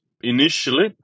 Initially